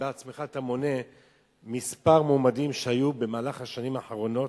אתה בעצמך מונה כמה מועמדים שהיו במהלך השנים האחרונות.